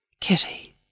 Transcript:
Kitty